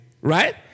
right